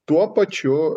tuo pačiu